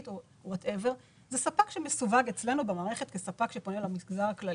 זה ספק שמסווג אצלנו במערכת כספק שפונה למגזר הכללי.